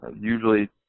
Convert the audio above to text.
usually